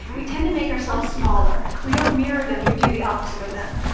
we tend to make ourselves smaller. we don't mirror them. we do the opposite of them.